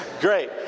Great